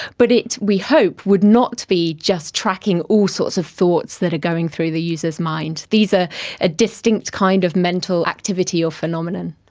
but it, we hope, would not be just tracking all sorts of thoughts that are going through the user's mind. these are a distinct kind of mental activity or phenomenon.